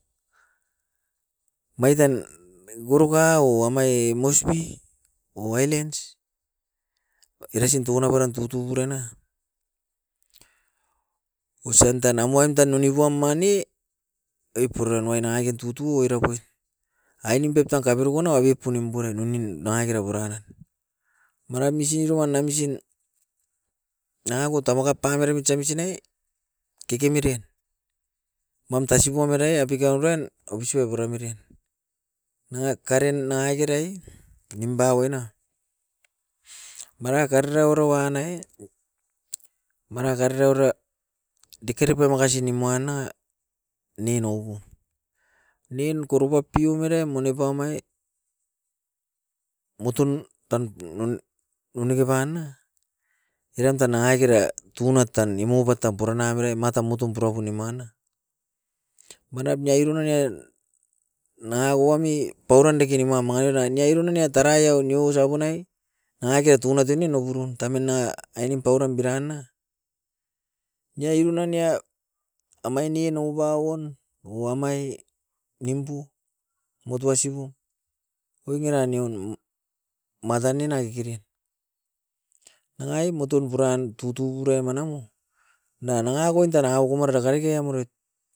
Maitan goroka o amai mosbi o hailens. Erasin tua nabaran tutu burana osian tan awain tan onikuam mani oi puran nuan nangaken tutou oira oi. Ainim pep tan kaberu wan na a bepu nimpuran oamin nangakera puran na. Mana misin roan amisin nagakot tamakap pamarami siamisinai kekemiren, wam tasipua merai apika uruain ausi a puriam uruain. Nanga karin, nangakeraii nimpaue na, mana karirau era wan na e mana karirau era dikaripa makasi nimuan na ninouku, nin koropa pioum era monipam ai moton tan nuneke pan na eran tan nangakera tunat tan nimoubet tam purana avere matam motom purapu nimuan na. Manap ni aironiain nanga koami pauiran deke nimuan manga ururain niairu nanga tarai au niousa punai, nangakean tunat tunian ou burun tamina ainim pauran biran na. Nia igunan nia amain nian oubaon oamai nimpu motou asipu oingera nion matan ne nai kekeren. Nanga i moton puran tutou burema nanou, na nangakoin tan akumar takareke amorit.